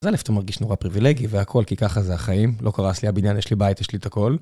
זה לפתע מרגיש נורא פריווילגי, והכול, כי ככה זה החיים. לא קרס לי הבניין, יש לי בית, יש לי את הכול.